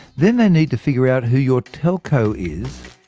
then they need to figure out who your telco is,